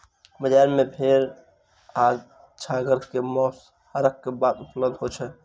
बजार मे भेड़ आ छागर के मौस, संहारक बाद उपलब्ध होय छै